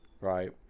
right